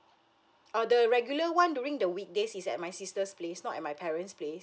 err the regular one during the weekdays is at my sister's place not at my parents' place